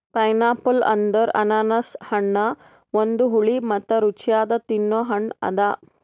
pineapple ಅಂದುರ್ ಅನಾನಸ್ ಹಣ್ಣ ಒಂದು ಹುಳಿ ಮತ್ತ ರುಚಿಯಾದ ತಿನ್ನೊ ಹಣ್ಣ ಅದಾ